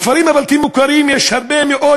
בכפרים הבלתי-מוכרים יש הרבה מאוד